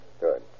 Good